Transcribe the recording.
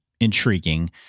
intriguing